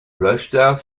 rochdale